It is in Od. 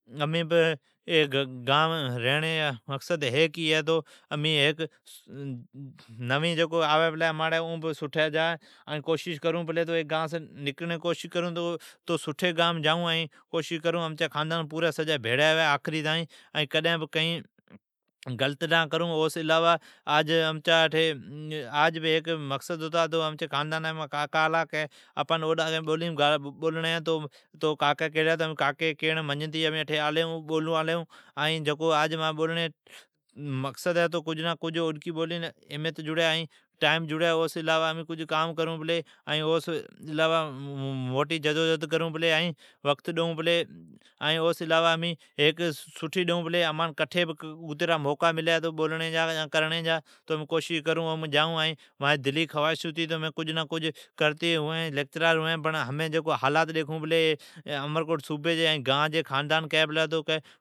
امین ای گام ریڑین جا مقصد ھیک ھی ہے تو نوین جکو بھی آوی پلی اماڑی ائین نکرڑین جی کوشش کرون پلی۔ جائون تو ھیک سٹھی گام جائون ائین سجی بھیڑی جائون ائین امچی خاندان سجی بھیڑی جا آخری تائین۔ ائین آج امچا مقصد ھتا تو کاکی کیلی آج آپان اٹھی اوڈکی بولیم بولڑین ہے تو امین کاکی جی کیڑ کرتی آلی ھون۔ ائین آج بولڑین جا مقصد ھا ہے تو اوڈکی بولین احمیت جڑی ائین امچا مقصد ھا ہے تو امین کئین نا کئین زندگیم کرون۔ کئین نا کئین کرتی ڈیکھڑون ائین مانجی دلی خوائش ہے تو مین لیکچرار ھوین ائین ھمین جیون حالات ڈیکھون پلی۔ امرکوٹ صوبی جی، خاندان کی پلی تو